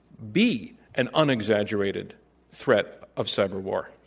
be an unexaggerated threat of cyber war.